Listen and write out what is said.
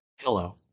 Hello